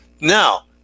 Now